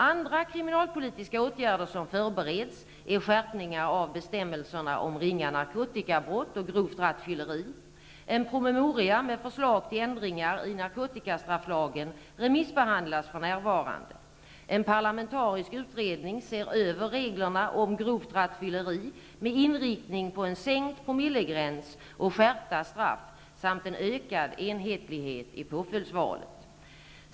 Andra kriminalpolitiska åtgärder som förbereds är skärpningar av bestämmelserna om ringa narkotikabrott och grovt rattfylleri. En promemoria med förslag till ändringar i narkotikastrafflagen remissbehandlas för närvarande. En parlamentarisk utredning ser över reglerna om grovt rattfylleri med inriktning på en sänkt promillegräns och skärpta straff samt en ökad enhetlighet i påföljdsvalet.